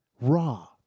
Raw